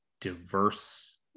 diverse